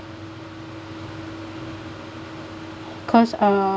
cause uh